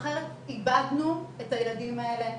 אחרת איבדנו את הילדים האלה,